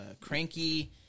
cranky